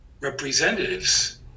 representatives